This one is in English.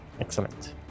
excellent